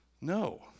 No